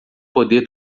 poder